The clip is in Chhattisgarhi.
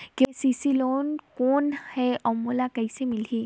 के.सी.सी लोन कौन हे अउ मोला कइसे मिलही?